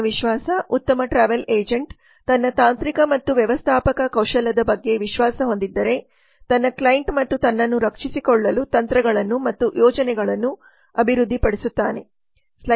ಆತ್ಮವಿಶ್ವಾಸ ಉತ್ತಮ travel agent ತನ್ನ ತಾಂತ್ರಿಕ ಮತ್ತು ವ್ಯವಸ್ಥಾಪಕ ಕೌಶಲ್ಯದ ಬಗ್ಗೆ ವಿಶ್ವಾಸ ಹೊಂದಿದ್ದರೆ ತನ್ನ ಕ್ಲೈಂಟ್ ಮತ್ತು ತನ್ನನ್ನು ರಕ್ಷಿಸಿಕೊಳ್ಳಲು ತಂತ್ರಗಳನ್ನು ಮತ್ತು ಯೋಜನೆಗಳನ್ನು ಅಭಿವೃದ್ಧಿಪಡಿಸುತ್ತಾನೆ